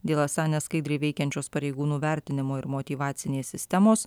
dėl esą neskaidriai veikiančios pareigūnų vertinimo ir motyvacinės sistemos